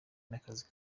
n’akazi